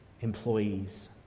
employees